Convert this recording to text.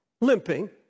limping